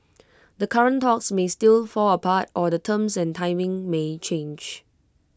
the current talks may still fall apart or the terms and timing may change